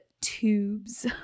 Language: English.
tubes